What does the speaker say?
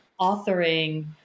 authoring